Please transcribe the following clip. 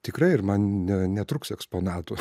tikrai ir man ne netruks eksponatų